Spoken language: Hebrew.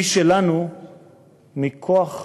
היא שלנו מכוח הזכות,